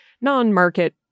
non-market